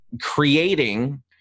creating